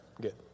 Good